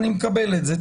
מקבל את זה.